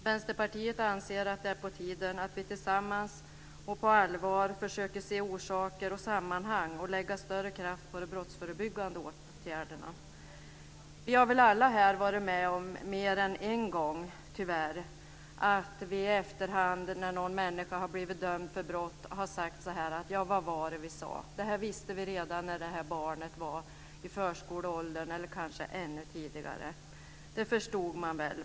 Vänsterpartiet anser att det är på tiden att vi tillsammans och på allvar försöker se orsaker och sammanhang och lägga större kraft på de brottsförebyggande åtgärderna. Vi har väl alla här mer än en gång tyvärr varit med om att vi i efterhand, när någon har blivit dömd för brott, har sagt: Vad var det vi sade? Det här visste vi redan när det här barnet var i förskoleåldern eller kanske ännu tidigare. Det förstod man väl.